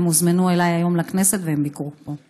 והם הוזמנו אליי היום לכנסת והם ביקרו פה.